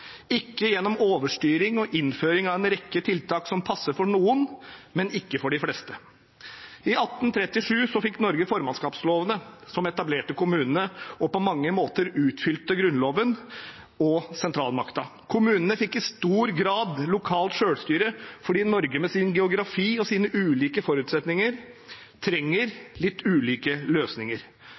ikke gjennom overstyring og innføring av en rekke tiltak som passer for noen, men ikke for de fleste. I 1837 fikk Norge formannskapslovene, som etablerte kommunene og på mange måter utfylte Grunnloven og sentralmakten. Kommunene fikk i stor grad lokalt selvstyre fordi Norge med sin geografi og sine ulike forutsetninger trenger litt ulike løsninger.